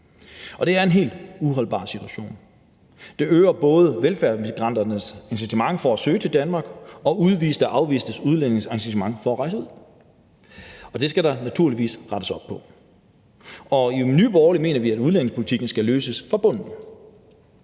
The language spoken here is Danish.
Det er en helt uholdbar situation. Det øger både velfærdsmigranternes incitament for at søge til Danmark og udviste, afviste udlændinges incitament for at rejse ud, og det skal der naturligvis rettes op på. I Nye Borgerlige mener vi, at udlændingepolitikken skal løses fra bunden.